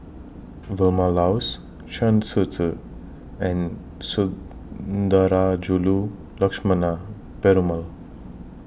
Vilma Laus Chen Shiji and Sundarajulu Lakshmana Perumal